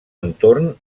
entorn